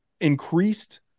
increased